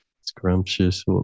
Scrumptious